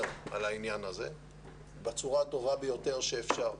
על העניין הזה בצורה הטובה ביותר האפשרית.